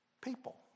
People